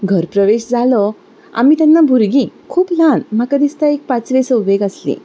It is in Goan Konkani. घरप्रवेश जालो आमी तेन्ना भुरगीं खूब ल्हान म्हाका दिसता एक पांचवे सवेक आसलीं